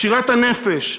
שירת הנפש,